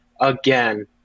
again